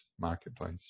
marketplace